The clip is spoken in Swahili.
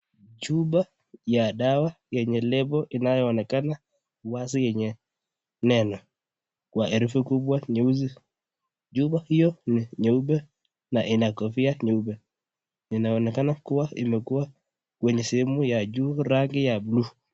Chupa ya dawa yenye lebo inayoonekana wazi yenye neno wa herufi kubwa nyeusi, chupa hiyo ni na ina kofia nyeupe. Inaonekana kuwa imekuwa kwenye sehemu ya juu rangi ya buluu.